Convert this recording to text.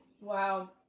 Wow